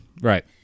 right